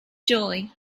joy